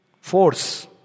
force